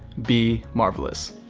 be marvelous.